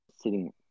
sitting